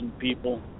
people